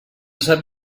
sap